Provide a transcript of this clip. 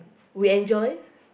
we enjoy